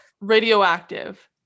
Radioactive